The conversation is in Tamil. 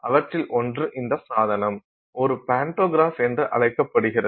அவற்றில் ஒன்று இந்த சாதனம் இது பான்டோகிராஃப் என்று அழைக்கப்படுகிறது